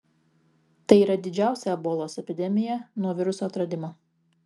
tai yra didžiausia ebolos epidemija nuo viruso atradimo